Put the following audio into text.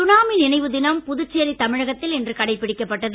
tsunami நினைவு தினம் புதுச்சேரி தமிழகத்தில் இன்று கடைபிடிக்கப்பட்டது